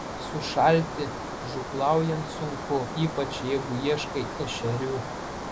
sušalti žūklaujant sunku ypač jeigu ieškai ešerių